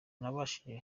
nabashije